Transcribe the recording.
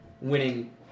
winning